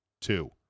two